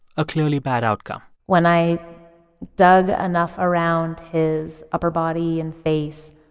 a clearly bad outcome when i dug enough around his upper body and face,